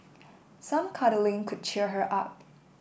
some cuddling could cheer her up